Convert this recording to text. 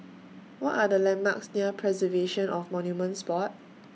What Are The landmarks near Preservation of Monuments Board